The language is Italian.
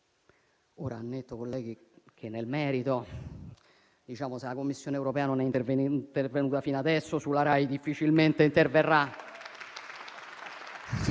ammetto che nel merito, se la Commissione europea non è intervenuta fino a adesso sulla RAI, difficilmente interverrà.